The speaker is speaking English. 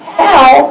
hell